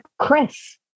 Chris